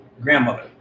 grandmother